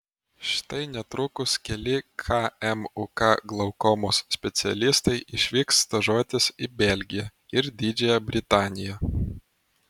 štai netrukus keli kmuk glaukomos specialistai išvyks stažuotis į belgiją ir didžiąją britaniją